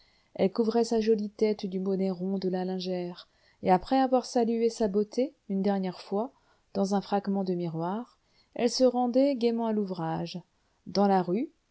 elle couvrait sa jolie tête du bonnet rond de la lingère et après avoir salué sa beauté une dernière fois dans un fragment de miroir elle se rendait gaiement à l'ouvrage dans la rue